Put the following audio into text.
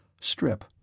Strip